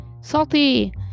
salty